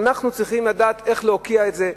אנחנו צריכים לדעת איך להוקיע את זה,